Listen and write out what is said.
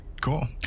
cool